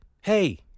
hey